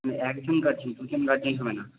মানে একজন গার্জেন দুজন গার্জেন হবে না